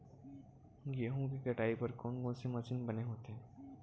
गेहूं के कटाई बर कोन कोन से मशीन बने होथे?